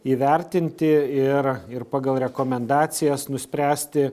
įvertinti ir ir pagal rekomendacijas nuspręsti